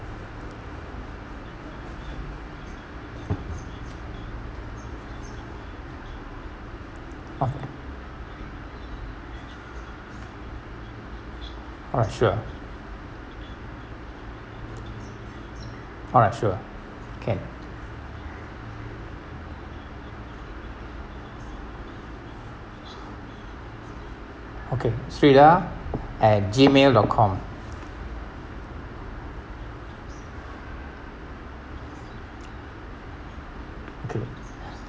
of alright sure alright sure can okay sherida at gmail dot com thank you